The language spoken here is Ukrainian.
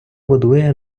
будує